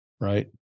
Right